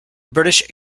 british